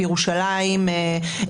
ירושלים,